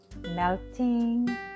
melting